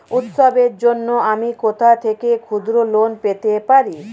উৎসবের জন্য আমি কোথা থেকে ক্ষুদ্র লোন পেতে পারি?